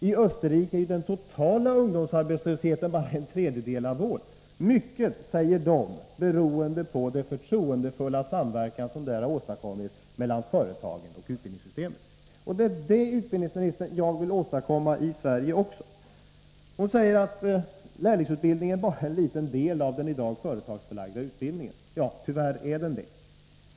I Österrike är ju den totala ungdomsarbetslösheten bara en tredjedel av vår, mycket — säger de själva — beroende på den förtroendefulla samverkan som där har åstadkommits mellan företagen och utbildningssystemet. Det är det jag vill åstadkomma i Sverige också. Utbildningsministern säger att lärlingsutbildningen bara är en liten del av den i dag företagsförlagda utbildningen. Ja, tyvärr är den det.